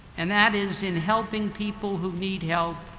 and that is in helping people who need help.